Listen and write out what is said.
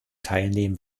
teilnehmen